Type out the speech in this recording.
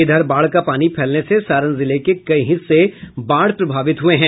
इधर बाढ़ का पानी फैलने से सारण जिले के कई हिस्से बाढ़ प्रभावित हुये हैं